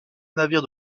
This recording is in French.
navires